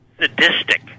sadistic